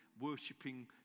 worshipping